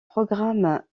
programme